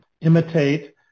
imitate